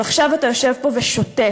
אבל עכשיו אתה יושב פה ושותק.